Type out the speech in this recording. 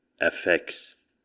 affects